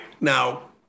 Now